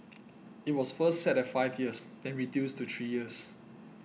it was first set at five years then reduced to three years